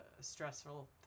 stressful